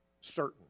certain